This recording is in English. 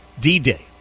D-Day